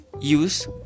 use